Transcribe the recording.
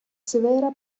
severa